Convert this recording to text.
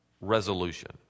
resolution